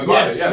Yes